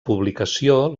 publicació